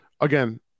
Again